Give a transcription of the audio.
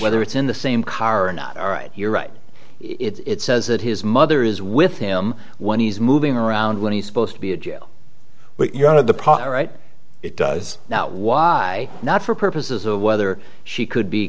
whether it's in the same car or not all right you're right it's says that his mother is with him when he's moving around when he's supposed to be a jail when you're out of the right it does not why not for purposes of whether she could be